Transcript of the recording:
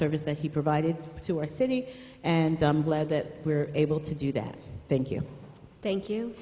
service that he provided to our city and i'm glad that we're able to do that thank you thank you